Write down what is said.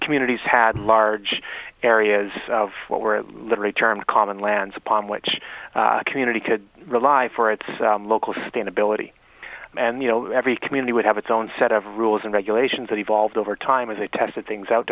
communities had large areas of what were the right term common lands upon which a community could rely for its local stand ability and you know every community would have its own set of rules and regulations that evolved over time as they tested things out